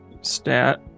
stat